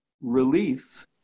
relief